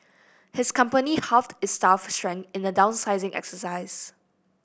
his company halved its staff strength in the downsizing exercise